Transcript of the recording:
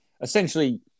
essentially